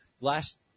last